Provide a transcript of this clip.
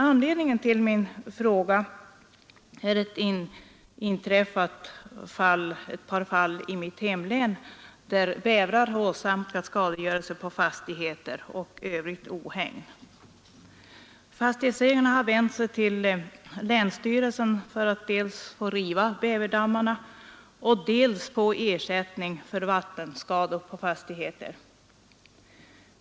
Anledningen till min fråga är ett par fall som inträffat i mitt hemlän, där bävrar åsamkat fastighetsägare skadegörelse och övrigt ohägn. Fastighetsägarna har vänt sig till länsstyrelsen med begäran att dels få riva bäverdammarna, dels få ersättning för vattenskador på sina fastigheter.